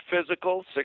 physical